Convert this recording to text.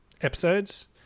episodes